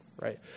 right